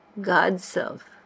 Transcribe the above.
God-Self